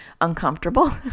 uncomfortable